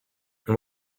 and